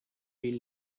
will